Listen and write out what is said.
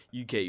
UK